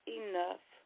enough